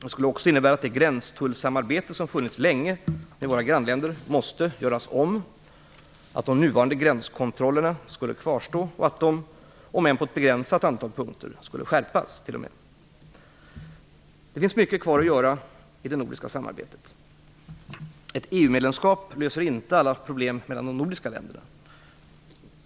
Det skulle också innebära att det gränstullsamarbete som länge funnits med våra grannländer måste göras om, att de nuvarande gränskontrollerna skulle kvarstå och att de, om än på ett begränsat antal punkter, skulle skärpas. Det finns mycket kvar att göra i det nordiska samarbetet. Ett EU-medlemskap löser inte alla problem mellan de nordiska länderna.